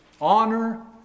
honor